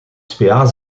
spa